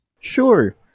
Sure